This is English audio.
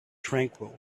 tranquil